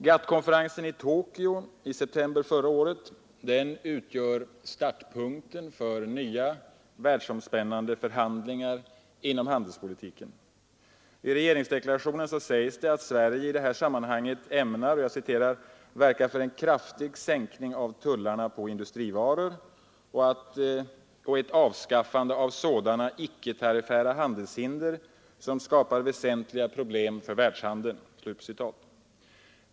GATT-konferensen i Tokyo i september förra året utgjorde startpunkten för nya världsomspännande förhandlingar inom handelspolitiken. I regeringsdeklarationen sägs det att Sverige i detta sammanhang ämnar ”verka för en kraftig sänkning av tullarna på industrivaror och ett avskaffande av sådana icke-tariffära handelshinder, som skapar väsentliga problem för världshandeln”.